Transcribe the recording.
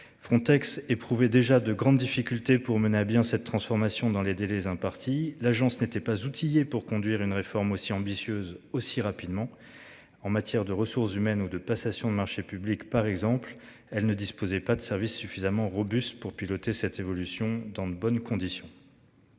Frontex éprouvé déjà de grandes difficultés pour mener à bien cette transformation dans les délais impartis. L'agence n'était pas outillé pour conduire une réforme aussi ambitieuse aussi rapidement en matière de ressources humaines ou de passation de marchés publics par exemple. Elle ne disposait pas de service suffisamment robuste pour piloter cette évolution dans de bonnes conditions.